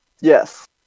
Yes